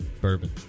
Bourbon